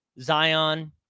Zion